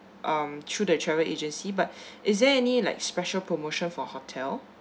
um through the travel agency but is there any like special promotion for hotel